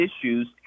issues